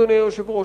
אדוני היושב-ראש,